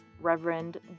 Reverend